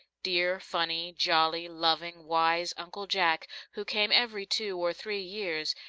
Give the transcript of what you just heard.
dear, funny, jolly, loving, wise uncle jack, who came every two or three years,